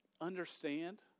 understand